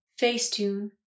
Facetune